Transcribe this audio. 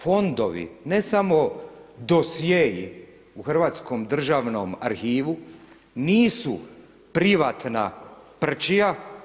Fondovi ne samo dosjei u Hrvatskom državnom arhivu nisu privatna prčija.